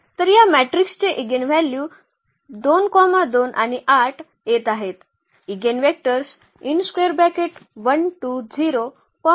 तर या मॅट्रिक्सचे ईगेनव्हल्यूज 2 2 आणि 8 येत आहेत